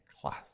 class